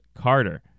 Carter